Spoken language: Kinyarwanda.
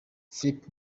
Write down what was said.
philip